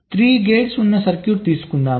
3 gates ఉన్న circuit తీసుకుందాం